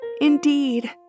indeed